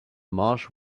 marsh